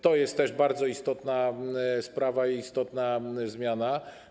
To jest też bardzo istotna sprawa i istotna zmiana.